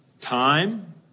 time